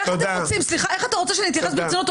ואיך אתה רוצה שאנחנו נתייחס ברצינות,